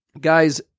Guys